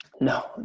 No